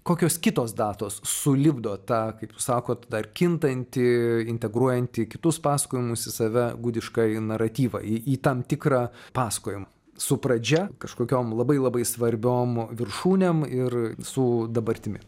kokios kitos datos sulipdo tą kaip jūs sakot dar kintanti integruojantį kitus pasakojimus į save gudiškąjį naratyvą į tam tikrą pasakojimą su pradžia kažkokiom labai labai svarbiom viršūnėm ir su dabartimi